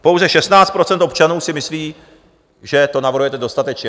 Pouze 16 % občanů si myslí, že to navrhujete dostatečně.